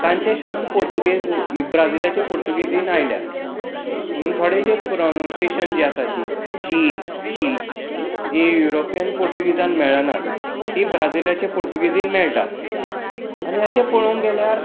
तांचे शब्द पुर्तूगीज ब्राजीलाचे पुर्तुगीजींत आयल्यात म्हणून थोडे जे प्रॉनांसिएशन जे आसा जी ची जी युरोपीयन पुर्तुगीजान मेळना ती ब्राजीलाची पुर्तुगीजींत मेळटात आनी अशें पळोवंक गेल्यार